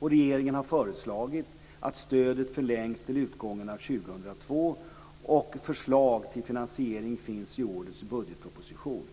2000:134) att stödet förlängs till utgången av 2002, och förslag till finansiering finns i årets budgetproposition.